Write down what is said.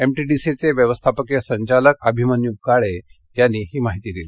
एमटीडीसीचे व्यवस्थापकीय संचालक अभिमन्यू काळे यांनी ही माहिती दिली